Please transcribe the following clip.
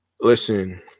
listen